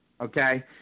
okay